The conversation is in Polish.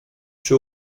czy